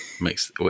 makes